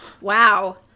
Wow